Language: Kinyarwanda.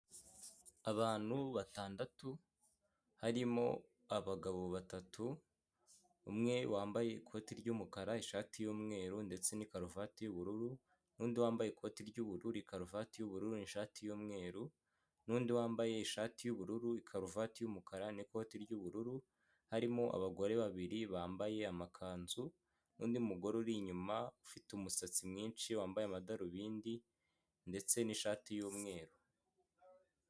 Abantu batandatu harimo abagabo batatu, umwe wambaye ikoti ry'umukara ishati y'umweru ndetse n'ikaruvati y'ubururu n'undi wambaye ikoti ry'ubururu ikaruvati y'ubururu n'ishati y'umweru n'undi wambaye ishati y'ubururu ikaruvati y'umukara n'ikoti ry'ubururu, harimo abagore babiri bambaye amakanzu n'undi mugore uri inyuma ufite umusatsi mwinshi wambaye amadarubindi ndetse n'ishati y'umweru.